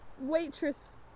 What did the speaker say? Waitress